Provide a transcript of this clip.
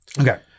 Okay